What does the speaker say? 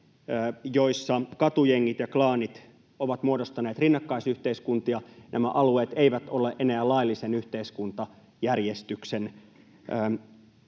missä katujengit ja klaanit ovat muodostaneet rinnakkaisyhteiskuntia. Nämä alueet eivät ole enää laillisen yhteiskuntajärjestyksen näpeissä.